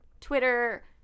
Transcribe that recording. twitter